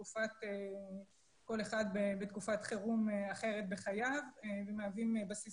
כל אחד בתקופת חירום אחרת בחייו ומהווים בסיס